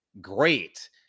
great